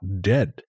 dead